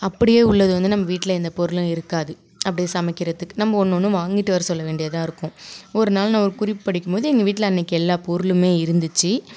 அப்படியே உள்ளது வந்து நம்ம வீட்டில் எந்தப் பொருளும் இருக்காது அப்படி சமைககிறதுக்கு நம்ம ஒன்று ஒன்றும் வாங்கிட்டு வரச்சொல்ல வேண்டியதாக இருக்கும் ஒரு நாள் நான் ஒரு குறிப்புப் படிக்கும்போது எங்கள் வீட்டில் அன்னக்கு எல்லாப் பொருளுமே இருந்தச்சு